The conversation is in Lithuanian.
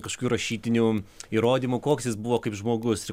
kažkių rašytinių įrodymų koks jis buvo kaip žmogus ir